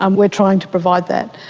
um we're trying to provide that.